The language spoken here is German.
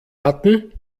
hatten